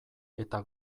eta